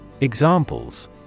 Examples